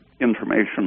information